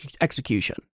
execution